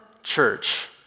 church